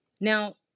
now